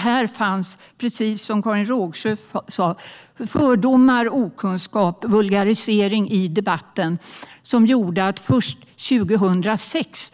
Här fanns, precis som Karin Rågsjö sa, fördomar, okunskap och en vulgarisering i debatten som gjorde att riksdagen först 2006